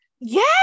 Yes